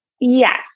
Yes